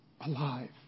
alive